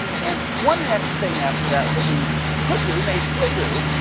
and one next thing after that that we could do, may still do,